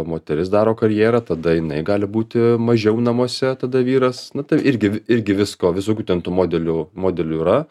moteris daro karjerą tada jinai gali būti mažiau namuose tada vyras na tai irgi irgi visko visokių ten tų modelių modelių yra